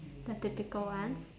the typical ones